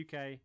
UK